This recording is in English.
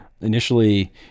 Initially